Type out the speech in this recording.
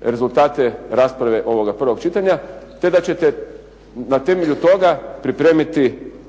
rezultate rasprave ovoga prvog čitanja te da ćete na temelju toga pripremiti, ali